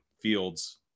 Fields